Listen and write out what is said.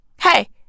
hey